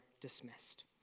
dismissed